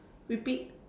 repeat